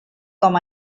com